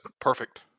Perfect